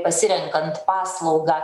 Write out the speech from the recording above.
pasirenkant paslaugą